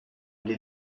les